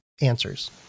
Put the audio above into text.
answers